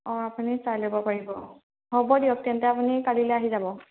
অঁ আপুনি চাই ল'ব পাৰিব হ'ব দিয়ক তেন্তে আপুনি কালিলৈ আহি যাব